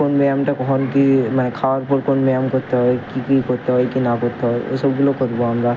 কোন ব্যায়ামটা কখন কী মানে খাওয়ার পর কোন ব্যায়ামটা করতে হবে কী কী করতে হবে কী না করতে হবে এসবগুলো করবো আমরা